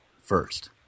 first